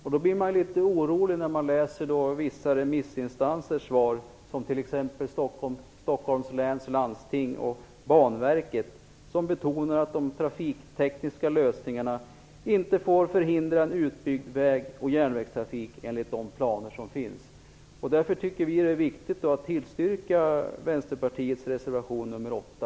Man blir då litet orolig när man läser svaren från vissa remissinstanser, t.ex. Stockholms läns landsting och Banverket, som betonar att de trafiktekniska lösningarna inte får förhindra en utbyggd väg och järnvägstrafik enligt de planer som finns. Därför är det viktigt att tillstyrka